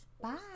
Bye